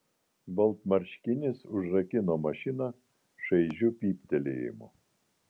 baltmarškinis užrakino mašiną šaižiu pyptelėjimu